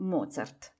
Mozart